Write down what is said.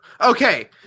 Okay